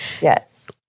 Yes